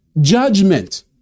judgment